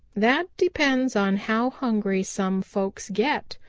that depends on how hungry some folks get,